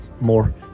more